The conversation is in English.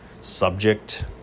subject